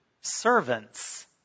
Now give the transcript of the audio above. servants